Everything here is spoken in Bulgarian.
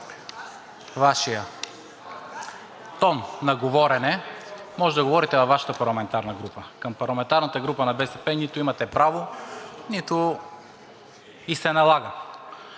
Ваш тон на говорене може да говорите във Вашата парламентарна група. Към парламентарната група нито имате право, нито и се налага.